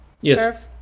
Yes